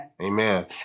Amen